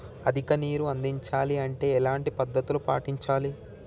అధిక నీరు అందించాలి అంటే ఎలాంటి పద్ధతులు పాటించాలి?